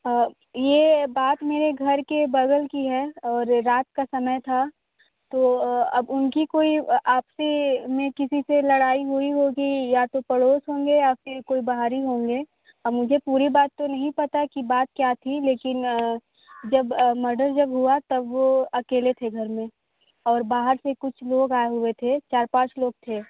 ये बात मेरे घर के बगल की है और रात का समय था तो अब उनकी कोई आपसी मैं किसी से लड़ाई हुई होगी या तो पड़ोस होंगे या फिर कोई बाहरी होंगे मुझे पूरी बात तो नहीं पता की बात क्या थी लेकिन जब मर्डर जब हुआ तब अकेले थे घर में और बाहर से कुछ लोग आए हुए थे चार पाँच लोग थे